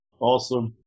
Awesome